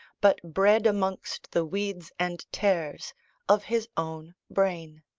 but bred amongst the weeds and tares of his own brain.